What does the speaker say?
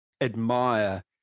admire